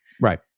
Right